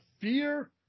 fear